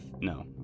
No